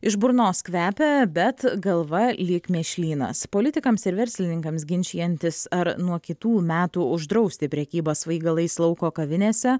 iš burnos kvepia bet galva lyg mėšlynas politikams ir verslininkams ginčijantis ar nuo kitų metų uždrausti prekybą svaigalais lauko kavinėse